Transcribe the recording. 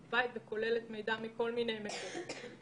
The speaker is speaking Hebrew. שכוללת מידע מכל מיני מקורות.